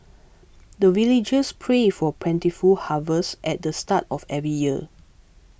the villagers pray for plentiful harvest at the start of every year